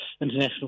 international